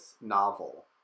novel